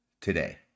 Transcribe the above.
today